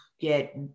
get